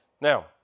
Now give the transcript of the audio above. Now